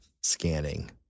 Scanning